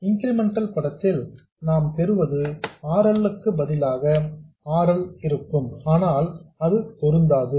incremental படத்தில் நாம் பெறுவது R L க்கு பதிலாக R L இருக்கும் ஆனால் அது பொருந்தாது